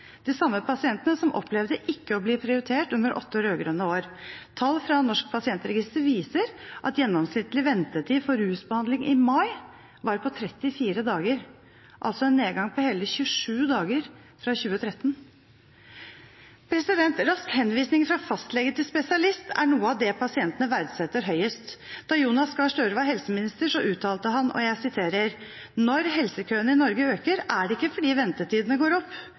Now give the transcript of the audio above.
de samme pasientene som opplevde ikke å bli prioritert under åtte rød-grønne år. Tall fra Norsk pasientregister viser at gjennomsnittlig ventetid for rusbehandling i mai var på 34 dager, altså en nedgang på hele 27 dager fra 2013. Rask henvisning fra fastlege til spesialist er noe av det pasientene verdsetter høyest. Da Jonas Gahr Støre var helseminister, uttalte han: «Når helsekøene i Norge øker, er det ikke fordi ventetidene går opp,